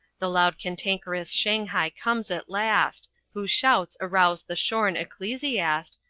the loud cantankerous shanghai comes at last, whose shouts arouse the shorn ecclesiast,